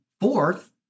fourth